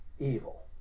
evil